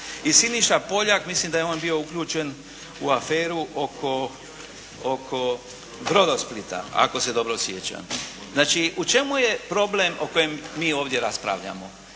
i Siniša Poljak mislim da je on bio uključen u aferu oko Brodo Splita ako se dobro sjećam. Znači, u čemu je problem o kojem mi ovdje raspravljamo?